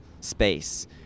space